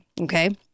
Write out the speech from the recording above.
Okay